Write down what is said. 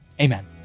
Amen